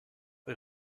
est